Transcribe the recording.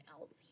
else